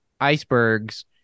icebergs